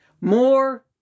More